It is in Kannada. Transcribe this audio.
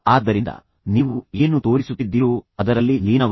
ಆದ್ದರಿಂದ ನೀವು ಏನು ತೋರಿಸುತ್ತಿದ್ದೀರೋ ಅದರಲ್ಲಿ ಲೀನವಾಗಿ